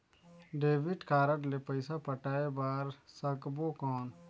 Debit card ले पइसा पटाय बार सकबो कौन?